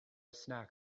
snack